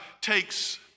takes